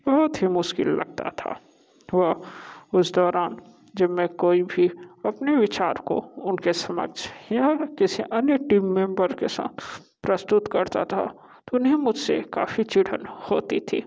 बहुत ही मुश्किल लगता था वह उस दौरान जब मैं कोई भी अपने विचार को उनके समक्ष या किसी अन्य टीम मेम्बर के साथ प्रस्तुत करता था उन्हे मुझसे काफ़ी चिढ़न होती थी